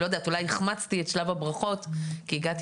אולי החמצתי את שלב הברכות כי הגעתי